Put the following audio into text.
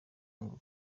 ngo